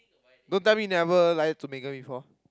don't tell me never lie to Megan before